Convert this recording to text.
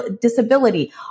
disability